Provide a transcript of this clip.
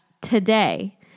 today